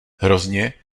hrozně